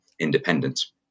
independence